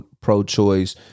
pro-choice